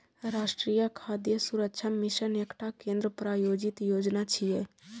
राष्ट्रीय खाद्य सुरक्षा मिशन एकटा केंद्र प्रायोजित योजना छियै